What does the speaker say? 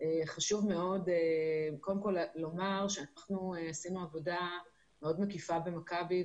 חשוב מאוד לומר שאנחנו עשינו עבודה מאוד מקיפה במכבי,